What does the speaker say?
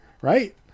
right